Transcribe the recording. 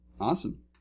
Awesome